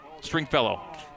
Stringfellow